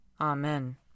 Amen